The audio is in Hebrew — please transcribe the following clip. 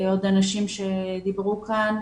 ועוד אנשים שדיברו כאן.